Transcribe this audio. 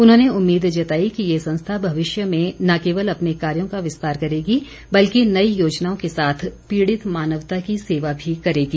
उन्होंने उम्मीद जताई कि ये संस्था भविष्य में न केवल अपने कार्यो का विस्तार करेगी बल्कि नई योजनाओं के साथ पीड़ित मानवता की सेवा भी करेगी